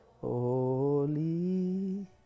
Holy